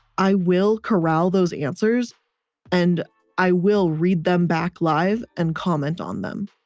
i will corral those answers and i will read them back live and comment on them.